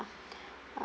I